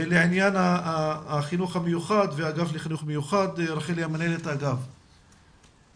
לעניין החינוך המיוחד רחל היא מנהלת האגף לחינוך מיוחד.